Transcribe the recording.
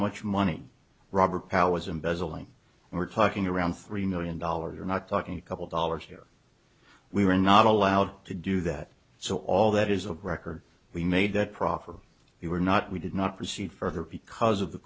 much money robert powell was embezzling we're talking around three million dollars you're not talking a couple dollars here we were not allowed to do that so all that is a record we made that proffer we were not we did not proceed further because of the